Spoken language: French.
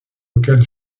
locale